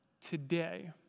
today